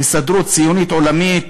ההסתדרות הציונית העולמית